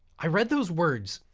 i read those words,